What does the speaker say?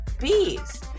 bees